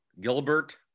Gilbert